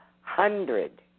hundred